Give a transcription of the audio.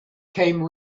came